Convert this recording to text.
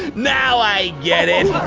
now i get it!